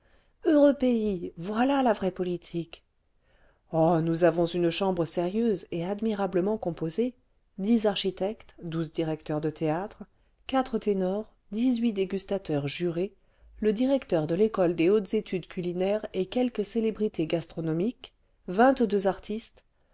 heureux pays voilà la vraie politique oh nous avons une chambre sérieuse et admirablement composée dix architectes douze directeurs de théâtre quatre ténors dix-huit dégustateurs jurés le directeur de l'école des hautes études culinaires et quelques célébrités gastronomiques vingt-deux artistes